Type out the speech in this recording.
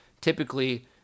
Typically